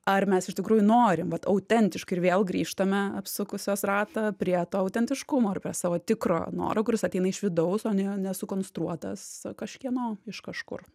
ar mes iš tikrųjų norim vat autentiškai ir vėl grįžtame apsukusios ratą prie to autentiškumo ir prie savo tikro noro kuris ateina iš vidaus o ne nesukonstruotas kažkieno iš kažkur